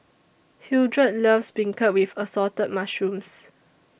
Hildred loves Beancurd with Assorted Mushrooms